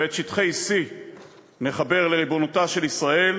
ואת שטחי C נחבר לריבונותה של ישראל,